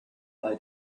bei